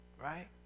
right